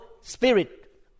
spirit